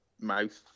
mouth